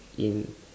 in